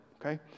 okay